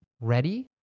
Ready